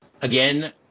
again